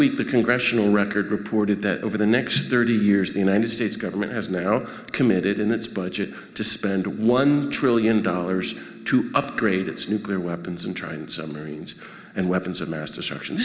week the congressional record reported that over the next thirty years the united states government has now committed in its budget to spend one trillion dollars to upgrade its nuclear weapons and try and sell marines and weapons of mass destruction